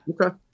Okay